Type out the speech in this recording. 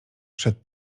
przed